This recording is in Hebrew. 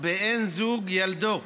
ובאין בן זוג, ילדו,